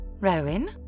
Rowan